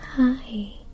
Hi